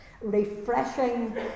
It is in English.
refreshing